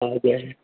औ दे